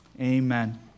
Amen